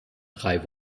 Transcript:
drei